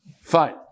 fine